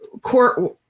court